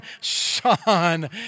son